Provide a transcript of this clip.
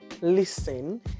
listen